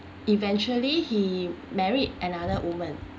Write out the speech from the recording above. eventually he married another woman